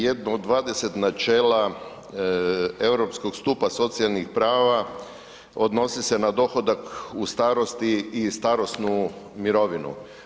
Jedno od 20 načela europskog stupa socijalnih prava odnosi se na dohodak u starosti i starosnu mirovinu.